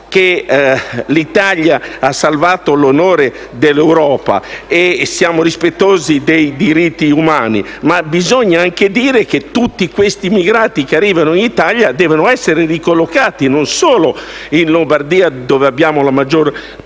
sapere che l'Italia ha salvato l'onore dell'Europa e che siamo rispettosi dei diritti umani, ma bisogna anche dire che tutti questi immigrati che arrivano in Italia devono essere ricollocati non solo in Lombardia dove ne abbiamo la maggiore